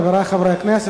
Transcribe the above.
חברי חברי הכנסת,